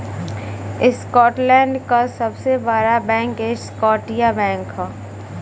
Scotland क सबसे बड़ा बैंक स्कॉटिया बैंक हौ